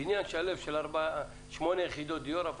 בניין שלם של שמונה יחידות דיור,